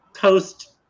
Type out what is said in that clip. post